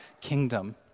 kingdom